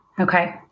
Okay